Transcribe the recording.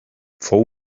fou